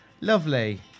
Lovely